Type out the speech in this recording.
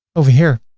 over here,